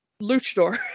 luchador